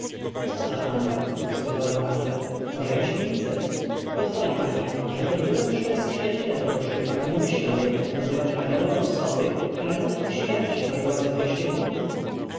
co za anioł spytałem nagle może jaś micel pozwoli pani że choć byłem szczerym przyjacielem nieboszczyka nie myślę jednak nazywać aniołem osoby która nawet po śmierci ważyła ze dwieście funtów